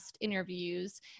interviews